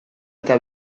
eta